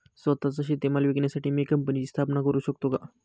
स्वत:चा शेतीमाल विकण्यासाठी मी कंपनीची स्थापना करु शकतो का?